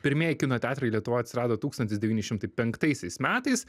pirmieji kino teatrai lietuvoj atsirado tūkstantis devyni šimtai penktaisiais metais